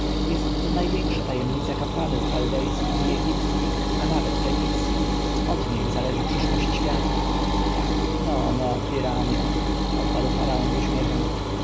jest to największa tajemnica kapłanów chaldejskich i egipskich a nawet fenicji od niej zależy przyszłość świata no no hiramie odparł faraon z uśmiechem